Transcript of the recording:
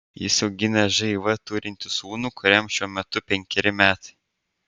jis augina živ turintį sūnų kuriam šiuo metu penkeri metai